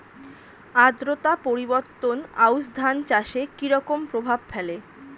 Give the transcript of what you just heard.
আদ্রতা পরিবর্তন আউশ ধান চাষে কি রকম প্রভাব ফেলে?